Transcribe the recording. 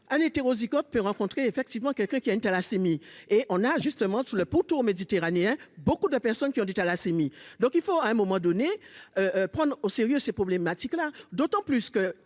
un hétérozygote pu rencontrer effectivement quelqu'un qui a une thalassémie et on a justement tout le pourtour méditerranéen, beaucoup de personnes qui ont dû thalassémie, donc il faut à un moment donné, prendre au sérieux ces problématiques là d'autant plus que,